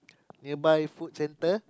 nearby food center